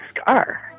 scar